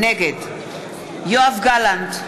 נגד יואב גלנט,